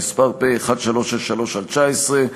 פ/1363/19,